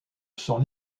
son